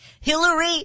Hillary